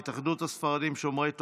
התאחדות הספרדים שומרי תורה,